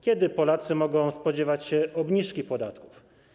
Kiedy Polacy mogą spodziewać się obniżki podatków?